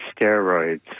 steroids